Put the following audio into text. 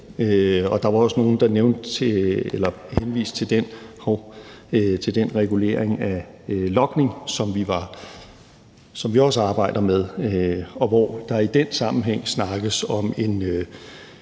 Der var også nogle, der henviste til den regulering af logning, som vi også arbejder med. I den sammenhæng snakkes der